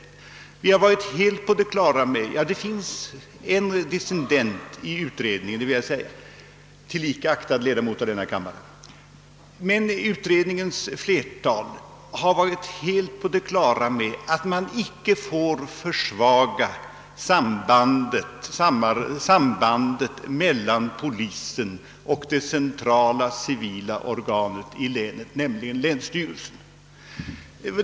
Flertalet av utredningens ledamöter har varit helt på det klara med — det har dock funnits en dissenter i utredningen, tillika aktad ledamot av denna kammare — att man icke får försvaga sambandet mellan polisen och det centrala civila organet i länet, nämligen länsstyrelsen.